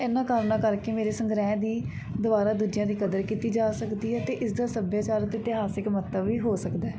ਇਹਨਾਂ ਕਾਰਨਾ ਕਰਕੇ ਮੇਰੇ ਸੰਗ੍ਰਹਿ ਦੀ ਦੁਬਾਰਾ ਦੂਜਿਆਂ ਦੀ ਕਦਰ ਕੀਤੀ ਜਾ ਸਕਦੀ ਹੈ ਅਤੇ ਇਸਦਾ ਸੱਭਿਆਚਾਰ 'ਤੇ ਇਤਿਹਾਸਿਕ ਮਹੱਤਵ ਵੀ ਹੋ ਸਕਦਾ ਹੈ